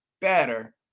better